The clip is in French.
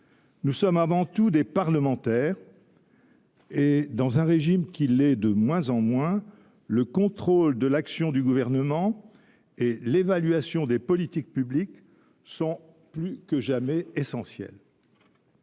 Nous sommes avant tout des parlementaires et, dans un régime qui l’est de moins en moins, le contrôle de l’action du Gouvernement et l’évaluation des politiques publiques sont plus que jamais essentiels.